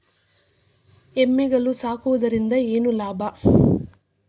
ಎಮ್ಮಿಗಳು ಸಾಕುವುದರಿಂದ ಏನು ಲಾಭ?